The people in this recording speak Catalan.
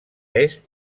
est